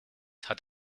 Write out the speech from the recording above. hat